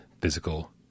physical